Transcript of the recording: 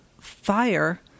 fire